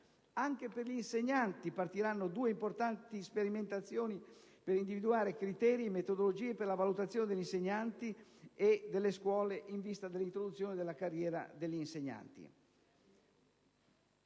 Anche per gli insegnanti partiranno due importanti sperimentazioni per individuare criteri e metodologie per la valutazione degli insegnanti e delle scuole in vista dell'introduzione della carriera degli insegnanti.